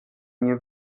nie